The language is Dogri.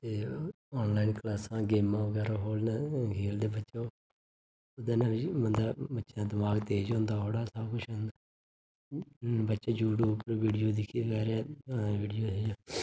ते आनलाइन क्लासां गेमां बगैरा खोलदे खेलदे बच्चे ओहदे नै बंदे बच्चें दा दमाग तेज होंदा थोह्ड़ा हून बच्चे यू ट्यूब उप्पर वीडियो दिक्खियै